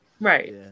Right